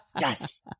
Yes